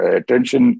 attention